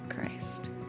Christ